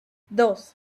dos